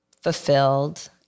fulfilled